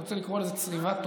אני לא רוצה לקרוא לזה שטיפת מוח.